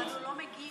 אבל הוא לא מגיע.